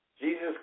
Jesus